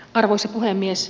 arvoisa puhemies